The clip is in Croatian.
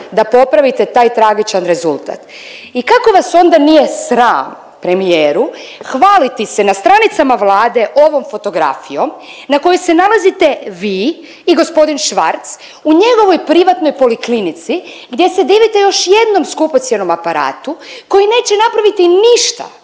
da popravite taj tragičan rezultat. I kako vas onda nije sram premijeru hvaliti se na stranicama Vlade ovom fotografijom na kojoj se nalazite vi i g. Švarc u njegovoj privatnoj poliklinici gdje se divite još jednom skupocjenom aparatu koji neće napraviti ništa